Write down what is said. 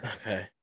Okay